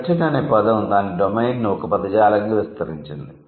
captain అనే పదం దాని డొమైన్ను ఒక పదజాలంగా విస్తరించింది